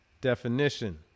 Definition